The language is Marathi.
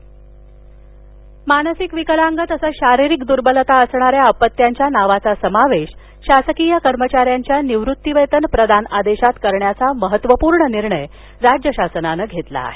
मनगंटीवार मानसिक विकलांग तसंच शारीरिक दुर्बलता असणाऱ्या अपत्याच्या नावाचा समावेश शासकीय कर्मचाऱ्याच्या निवृत्तीवेतन प्रदान आदेशात करण्याचा महत्त्वपूर्ण निर्णय राज्यशासनान घेतला आहे